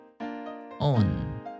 on